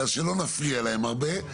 שלא נפריע להם הרבה.